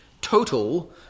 total